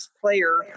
player